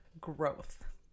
Growth